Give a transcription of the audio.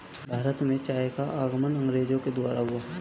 भारत में चाय का आगमन अंग्रेजो के द्वारा हुआ